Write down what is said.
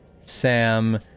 Sam